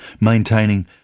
maintaining